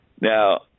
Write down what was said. Now